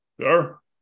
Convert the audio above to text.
Sure